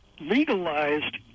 legalized